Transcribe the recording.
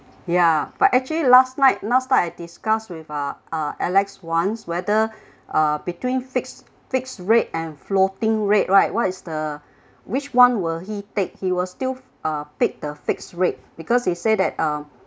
ya but actually last night last night I discuss with our uh alex wants whether uh between fixed fixed rate and floating rate right what is the which one will he take he will still uh pick the fixed rate because he said that uh